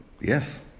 Yes